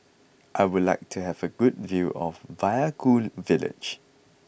I would like to have a good view of Vaiaku village